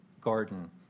garden